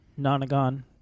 Nonagon